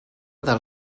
del